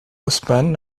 osman